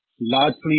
largely